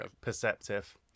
Perceptive